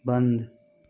बंद